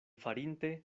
farinte